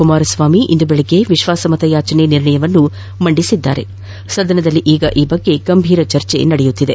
ಕುಮಾರಸ್ವಾಮಿ ಇಂದು ಬೆಳಗ್ಗೆ ವಿಶ್ವಾಸಮತಯಾಚನೆ ನಿರ್ಣಯವನ್ನು ಮಂಡಿಸಿದ್ದು ಸದನದಲ್ಲಿ ಈಗ ಈ ಬಗ್ಗೆ ಗಂಭೀರ ಚರ್ಚೆ ಪ್ರಗತಿಯಲ್ಲಿದೆ